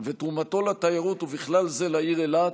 ותרומתו לתיירות, ובכלל זה לעיר אילת,